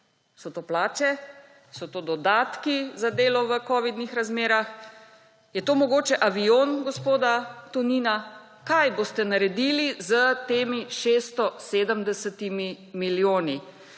So to plače? So to dodatki za delo v covidnih razmerah? Je to mogoče avion gospoda Tonina? Kaj boste naredili s temi 670 milijoni?